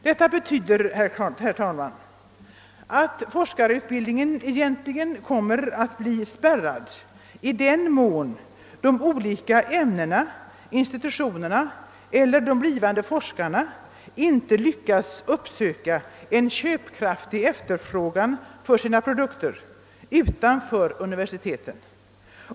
Detta betyder att forskarutbildningen i realiteten kommer att bli spärrad, i den mån de olika ämnena och institutionerna eller de blivande forskarna inte lyckas finna köpkraftiga efterfrågare för sina produkter utanför universiteten.